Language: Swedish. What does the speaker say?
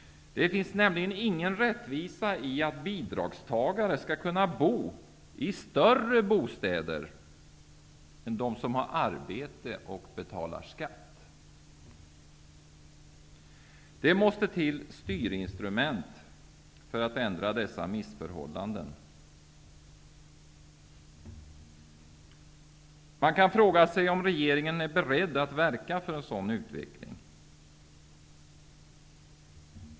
Det finns nämligen ingen rätt visa i att bidragstagare skall kunna bo i större bo städer än de som har arbete och betalar skatt. Det måste till styrinstrument för att ändra miss förhållandena. Man kan fråga sig om regeringen är beredd att verka för sådant.